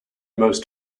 most